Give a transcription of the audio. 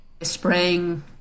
spraying